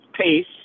pace